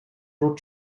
road